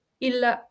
il